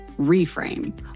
Reframe